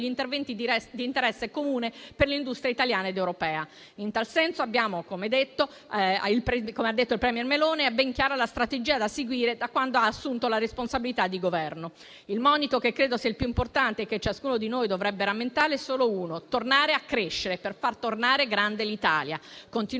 interventi di interesse comune per le industrie italiane ed europea. In tal senso, abbiamo ben chiara la strategia da seguire, come ha detto il *premier* Meloni da quando ha assunto la responsabilità di Governo. Il monito che credo sia il più importante e che ciascuno di noi dovrebbe rammentare è solo uno: tornare a crescere per far tornare grande l'Italia. Continueremo